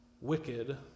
wicked